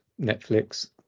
Netflix